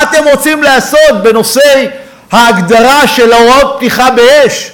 מה אתם רוצים לעשות בנושא ההגדרה של הוראות פתיחה באש?